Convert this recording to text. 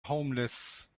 homeless